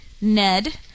Ned